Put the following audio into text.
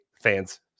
fans